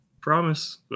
promise